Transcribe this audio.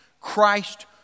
Christ